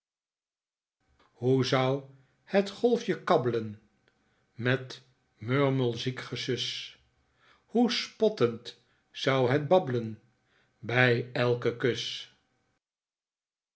hoe zou het goltjen kabblen met murmelziek gesus hoe spottend zou het babblen bij elken kus